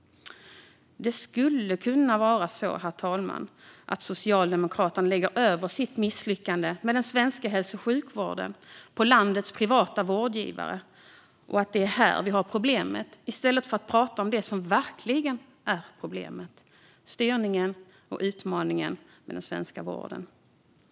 Det skulle kunna vara så, herr talman, att Socialdemokraterna lägger över sitt misslyckande med den svenska hälso och sjukvården på landets privata vårdgivare i stället för att prata om det som verkligen är problemet: styrningen av och utmaningen med den svenska vården. Det kan vara här vi har problemet.